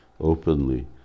openly